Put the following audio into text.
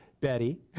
Betty